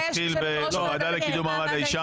נתחיל בוועדה לקידום מעמד האישה.